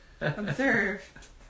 Observe